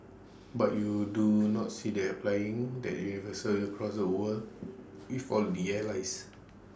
but you do not see them applying that universally across the world with all their allies